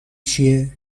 چیه